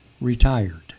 retired